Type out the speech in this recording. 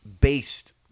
based